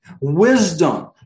wisdom